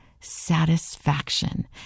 Satisfaction